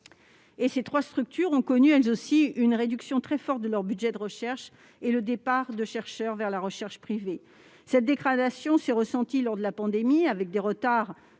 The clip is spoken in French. ; ces trois structures ont connu elles aussi une réduction très forte de leur budget de recherche et le départ de nombreux chercheurs vers la recherche privée. Cette dégradation s'est ressentie lors de la pandémie, avec des retards